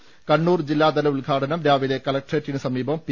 ് കണ്ണൂർ ജില്ലാതല ഉദ്ഘാടനം രാവിലെ കലക്ട്രേറ്റിന്സമീപം പി